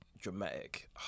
Dramatic